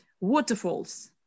waterfalls